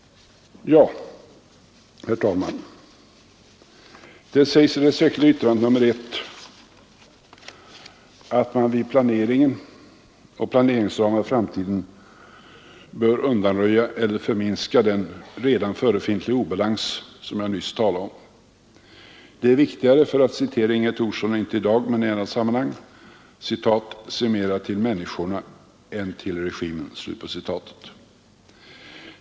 Herr talman! Det talas i det särskilda yttrandet nr I om att man vid uppgörandet av planeringsramar för framtiden bör undanröja eller förminska den redan förefintliga obalans som jag nyss talade om. Det är viktigare, för att citera fru Inga Thorsson från ett tidigare tillfälle, att ”se mera till människorna än till regimen”.